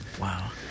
Wow